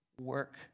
work